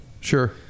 Sure